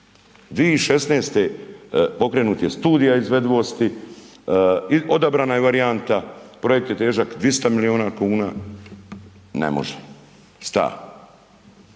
2016. pokrenuta je studija izvedivosti, odabrana je varijanta, projekt je težak 200 milijuna kuna, ne može. Stao.